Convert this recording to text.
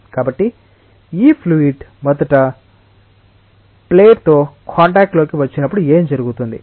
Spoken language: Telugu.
కాబట్టి ఈ ఫ్లూయిడ్ మొదట ప్లేట్తో కాంటాక్ట్ లోకి వచ్చినప్పుడు ఏమి జరుగుతుంది